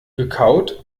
gekaut